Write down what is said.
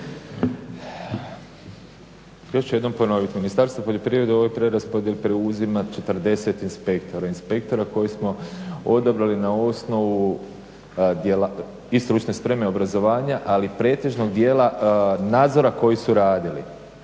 Još ću jednom ponoviti Ministarstvo poljoprivrede u ovoj preraspodjeli preuzima 40 inspektora, inspektora koje smo odabrali na osnovu i stručne spreme, obrazovanja ali pretežno dijela nadzora koji su radili